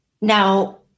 Now